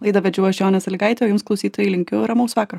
laidą vedžiau aš jonė salygaitė o jums klausytojai linkiu ramaus vakaro